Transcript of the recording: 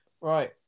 Right